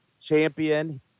champion